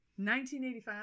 1985